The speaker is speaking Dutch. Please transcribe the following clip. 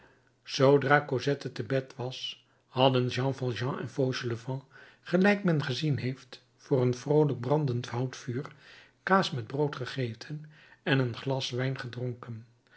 zoodra cosette te bed was hadden jean valjean en fauchelevent gelijk men gezien heeft voor een vroolijk brandend houtvuur kaas met brood gegeten en een glas wijn gedronken